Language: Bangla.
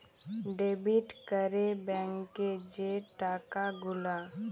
ডেবিট ক্যরে ব্যাংকে যে টাকা গুলা